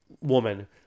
woman